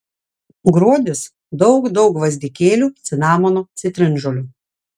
gruodis daug daug gvazdikėlių cinamono citrinžolių